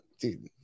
Dude